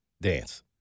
dance